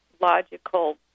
logical